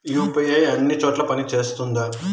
UPI అన్ని చోట్ల పని సేస్తుందా?